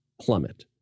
plummet